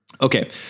Okay